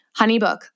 Honeybook